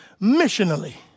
missionally